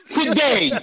today